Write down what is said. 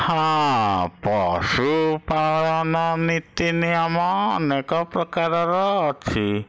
ହଁ ପଶୁ ଉପାଦାନ ନୀତି ନିୟମ ଅନେକ ପ୍ରକାରର ଅଛି